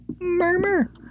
murmur